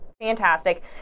Fantastic